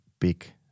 big